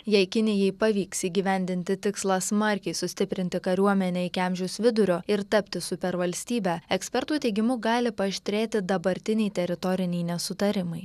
jei kinijai pavyks įgyvendinti tikslą smarkiai sustiprinti kariuomenę iki amžiaus vidurio ir tapti supervalstybe ekspertų teigimu gali paaštrėti dabartiniai teritoriniai nesutarimai